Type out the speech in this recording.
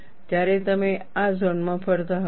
ત્યારે તમે આ ઝોન માં ફરતા હશો